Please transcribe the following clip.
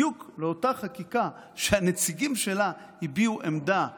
בדיוק לאותה חקיקה שהנציגים שלה הביעו עמדה בשמה,